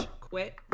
quit